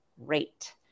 rate